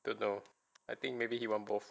don't know I think maybe he want both